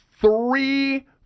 three